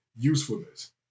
usefulness